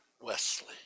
Wesley